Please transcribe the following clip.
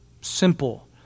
Simple